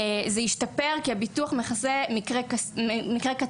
זה השתפר כי הביטוח מכסה מקרי קצה.